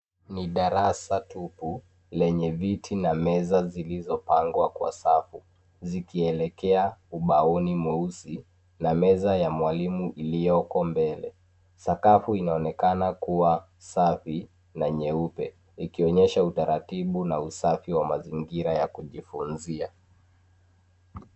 Ni darasa tupu lenye viti na meza zilizopangwa kwa safu zikielekea ubaoni mweusi na meza ya mwalimu iliyoko mbele, sakafu inaonekana kuwa safi na nyeupe ikionyesha utaratibu na usafi wa mazingira ya kujifunza.